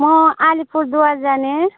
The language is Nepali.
म अलिपुरद्वार जाने